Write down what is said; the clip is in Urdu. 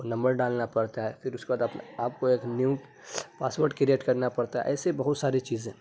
فون نمبر ڈالنا پڑتا ہے پھر اس کے بعد آپ کو ایک نیو پاسورڈ کریٹ کرنا پڑتا ہے ایسے بہت ساری چیزیں